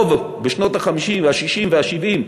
בשנות ה-50 וה-60 וה-70,